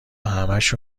همشو